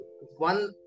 one